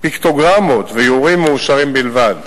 פיקטוגרמות ואיורים מאושרים בלבד.